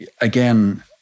again